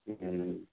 ꯎꯝ